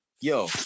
Yo